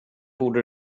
borde